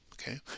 okay